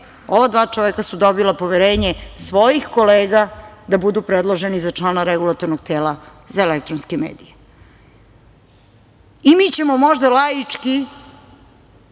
Ova dva čoveka su dobila poverenje svojih kolega da budu predloženi za člana Regulatornog tela za elektronske medije. Mi ćemo možda laički,